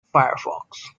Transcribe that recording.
firefox